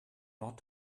not